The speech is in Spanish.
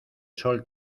sol